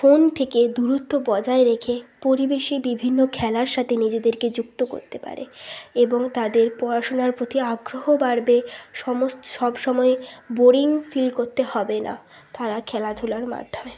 phone থেকে দূরত্ব বজায় রেখে পরিবেশে বিভিন্ন খেলার সাথে নিজেদেরকে যুক্ত করতে পারে এবং তাদের পড়াশুনার প্রতি আগ্রহ বাড়বে সমস্ত সব সময় বোরিং ফিল করতে হবে না তারা খেলাধুলার মাধ্যমে